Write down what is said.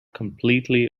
completely